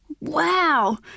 Wow